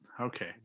Okay